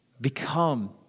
become